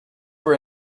were